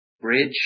bridge